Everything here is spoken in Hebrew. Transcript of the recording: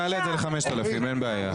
נעלה את זה ל-5,000 אין בעיה.